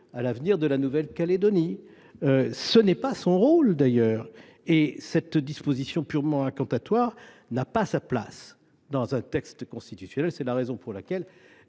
à l’avenir de la Nouvelle Calédonie. Ce n’est pas son rôle, d’ailleurs, et cette disposition purement incantatoire n’a pas sa place dans un texte constitutionnel. C’est pourquoi